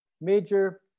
major